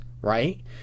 right